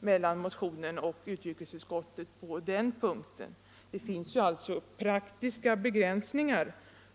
mellan motionen och utrikesutskottets betänkande på den punkten. Det finns praktiska begränsningar